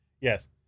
Yes